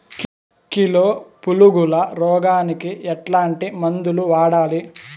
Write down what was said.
Kilo పులుగుల రోగానికి ఎట్లాంటి మందులు వాడాలి?